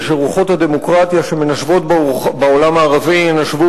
ושרוחות הדמוקרטיה שמנשבות בעולם הערבי ינשבו